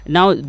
Now